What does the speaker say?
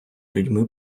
людьми